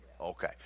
Okay